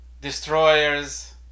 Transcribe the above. destroyers